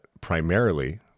primarily